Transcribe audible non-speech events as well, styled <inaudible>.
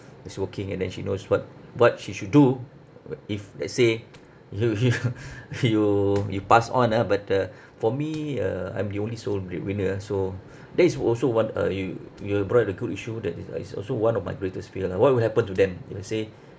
is working and then she knows what what she should do <noise> if let's say you you <laughs> you you pass on ah but uh for me uh I'm the only sole breadwinner so that is also one uh you you have brought a good issue that is like is also one of my greatest fear lah what will happen to them let's say